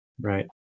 Right